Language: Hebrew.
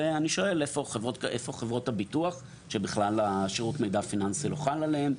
ואני שואל איפה חברות הביטוח שבכלל השירות מידע פיננסי לא חל עליהם?